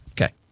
Okay